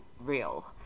real